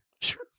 Sure